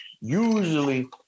usually